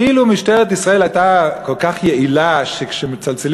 אילו משטרת ישראל הייתה כל כך יעילה שכשמצלצלים